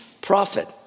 profit